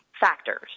factors